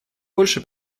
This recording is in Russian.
больше